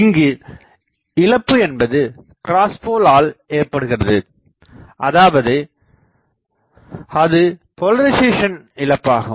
இங்கு இழப்பு என்பது கிராஸ் போல்ஆல் ஏற்படுகிறது அதாவது அது போலரிசேசன் இழப்பாகும்